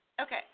Okay